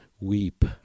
weep